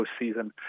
postseason